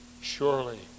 Surely